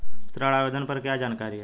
ऋण आवेदन पर क्या जानकारी है?